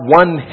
one